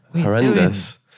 horrendous